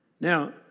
Now